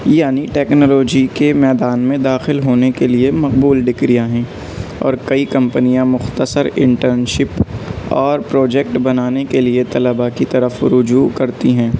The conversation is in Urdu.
یعنی ٹکنالوجی کے میدان میں داخل ہونے کے لیے مقبول ڈگریاں ہیں اور کئی کمپنیاں مختصر انٹرنشپ اور پروجیکٹ بنانے کے لیے طلبہ کی طرف رجوع کرتی ہیں